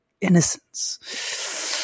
innocence